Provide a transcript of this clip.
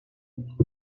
nicht